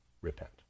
repent